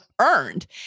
earned